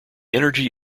energy